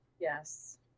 Yes